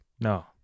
No